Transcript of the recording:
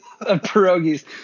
pierogies